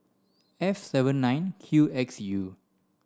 F seven nine Q X U